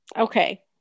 Okay